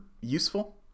useful